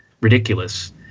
ridiculous